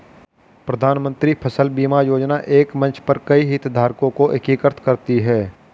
प्रधानमंत्री फसल बीमा योजना एक मंच पर कई हितधारकों को एकीकृत करती है